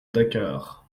dakar